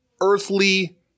earthly